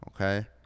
okay